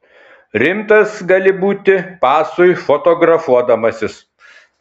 rimtas gali būti pasui fotografuodamasis